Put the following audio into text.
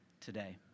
today